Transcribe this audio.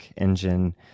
engine